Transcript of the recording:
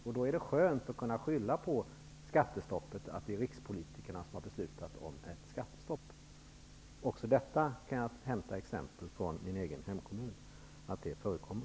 Det är då skönt att kunna skylla på att rikspolitikerna har beslutat om skattestopp. Även i detta avseende kan jag från min egen hemkommun nämna exempel på att detta förekommer.